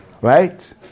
Right